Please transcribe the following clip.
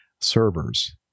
servers